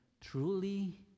Truly